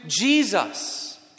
Jesus